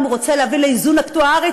אם הוא רוצה להביא לאיזון אקטוארי,